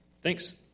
Thanks